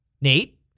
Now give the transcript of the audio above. Nate